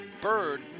Bird